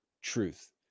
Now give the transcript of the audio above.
truth